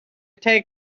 take